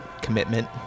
commitment